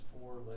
four